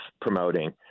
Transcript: promoting